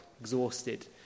exhausted